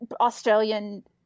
Australian